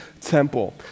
temple